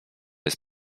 jest